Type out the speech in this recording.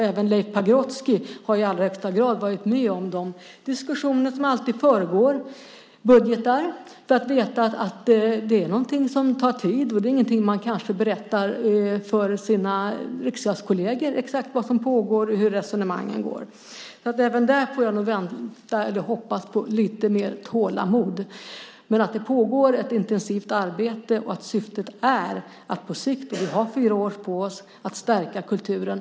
Även Leif Pagrotsky har i allra högsta grad varit med om de diskussioner som alltid föregår budgetar och vet att det är något som tar tid. Man kanske inte berättar för sina riksdagskolleger exakt vad som pågår och hur resonemangen går. Även där får jag vänta och hoppas på lite mer tålamod. Det pågår ett intensivt arbete, och syftet är att på sikt - vi har fyra år på oss - stärka kulturen.